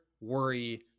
worry